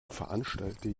veranstalte